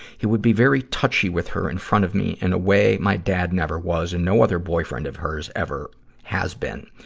he would be very touchy with her in front of me, in a way my dad never was and no other boyfriend of hers ever has been.